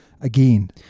Again